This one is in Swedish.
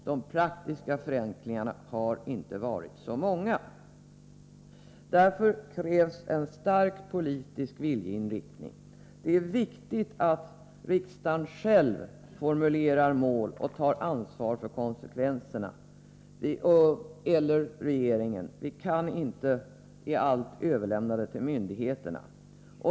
De praktiska förenklingarna har inte varit så många. Mot denna bakgrund krävs en stark politisk viljeinriktning. Det är viktigt att riksdagen själv formulerar mål och tar ansvar för konsekvenserna, eller att regeringen gör det. Vi kan inte i allt överlämna det till myndigheterna.